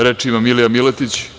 Reč ima Milija Miletić.